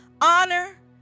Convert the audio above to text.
honor